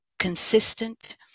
Consistent